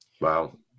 wow